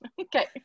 Okay